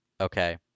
okay